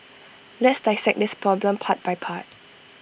let's dissect this problem part by part